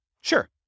Sure